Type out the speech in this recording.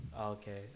Okay